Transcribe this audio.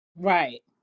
Right